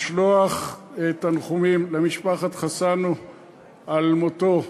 לשלוח תנחומים למשפחת חסנו על מותו,